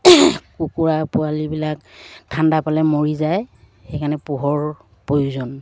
কুকুৰা পোৱালিবিলাক ঠাণ্ডা পালে মৰি যায় সেইকাৰণে পোহৰ প্ৰয়োজন